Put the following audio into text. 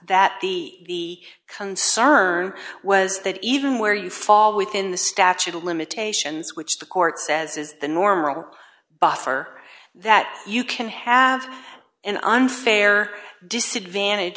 suggests that the concern was that even where you fall within the statute of limitations which the court says is the normal buffer that you can have an unfair disadvantage